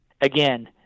again